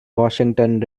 washington